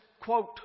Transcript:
quote